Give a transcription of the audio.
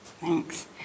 Thanks